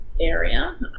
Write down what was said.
area